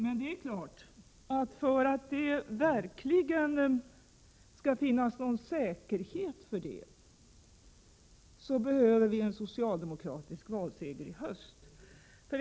Men för att det verkligen skall finnas någon säkerhet för detta behövs en socialdemokratisk valseger i höst.